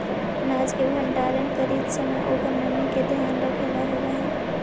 अनाज के भण्डारण करीत समय ओकर नमी के ध्यान रखेला होवऽ हई